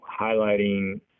highlighting